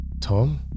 Tom